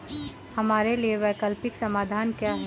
हमारे लिए वैकल्पिक समाधान क्या है?